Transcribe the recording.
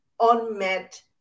unmet